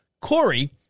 Corey